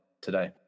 today